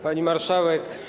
Pani Marszałek!